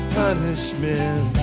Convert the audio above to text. punishment